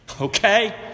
Okay